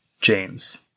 James